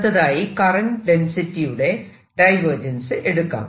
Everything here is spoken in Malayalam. അടുത്തതായി കറന്റ് ഡെൻസിറ്റിയുടെ ഡൈവേർജൻസ് എടുക്കാം